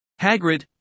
Hagrid